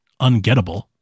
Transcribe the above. ungettable